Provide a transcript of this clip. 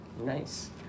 Nice